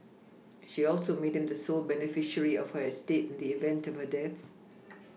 she also made him the sole beneficiary of her estate the event of her death